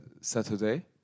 Saturday